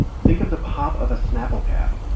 think of the pop of a snapple cap,